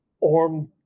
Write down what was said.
Orm